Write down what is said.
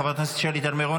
חברת הכנסת שלי טל מירון,